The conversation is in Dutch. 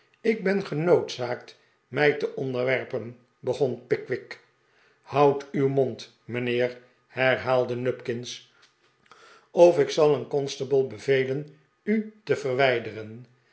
ik ben genoodzaakt mij te onderwerpen begon pickwick houd uw mond mijnheer herhaalde nupkinsj of ik zal een constable bevelen u te verwijderen